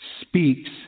speaks